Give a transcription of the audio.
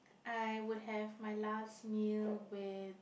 I would have my last meal with